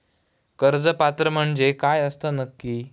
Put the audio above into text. कर्ज पात्र म्हणजे काय असता नक्की?